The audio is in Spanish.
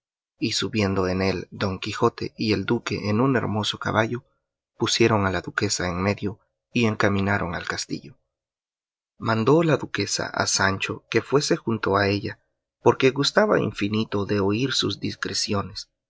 y subiendo en él don quijote y el duque en un hermoso caballo pusieron a la duquesa en medio y encaminaron al castillo mandó la duquesa a sancho que fuese junto a ella porque gustaba infinito de oír sus discreciones